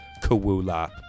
kawula